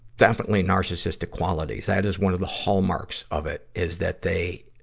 definitely narcissistic qualities. that is one of the hallmarks of it, is that they,